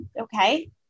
Okay